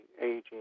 aging